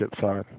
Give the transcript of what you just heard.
side